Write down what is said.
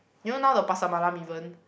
you know now the Pasar Malam even